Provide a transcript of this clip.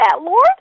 Lord